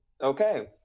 Okay